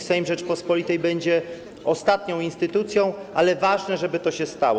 Sejm Rzeczypospolitej będzie ostatnią instytucją, ale ważne, żeby to się stało.